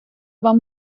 вам